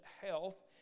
health